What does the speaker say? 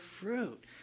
fruit